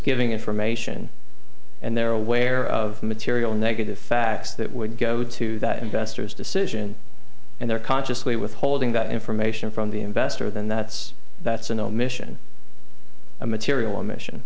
giving information and they're aware of material negative facts that would go to that investors decision and they're consciously withholding that information from the investor then that's that's an omission a material or mission